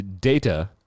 Data